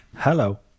Hello